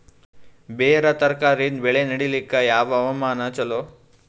ಬೇರ ತರಕಾರಿ ಬೆಳೆ ನಡಿಲಿಕ ಯಾವ ಹವಾಮಾನ ಚಲೋ?